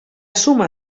suma